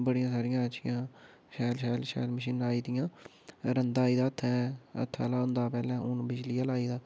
बड़ियां सारियां अच्छियां शैल शैल शैल मशीनां आई दियां रन्धा आई दा ह्त्थै ह्त्था आह्ला होंदा हा पैह्लें हून बिजली आह्ला आई दा